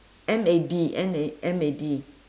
M A D M A M A D